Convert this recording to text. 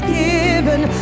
given